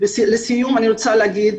לסיום אני רוצה להגיד